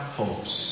hopes